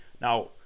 Now